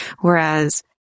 Whereas